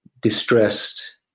distressed